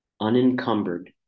unencumbered